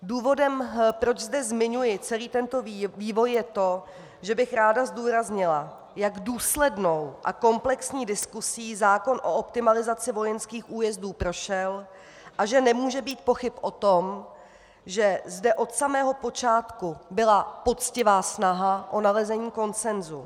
Důvodem, proč zde zmiňuji celý tento vývoj, je to, že bych ráda zdůraznila, jak důslednou a komplexní diskusí zákon o optimalizaci vojenských újezdů prošel a že nemůže být pochyb o tom, že zde od samého počátku byla poctivá snaha o nalezení konsensu.